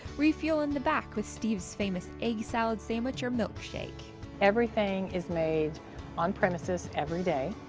refuel in the back with steve's famous egg salad sandwich or milkshake everything is made on-premises every day.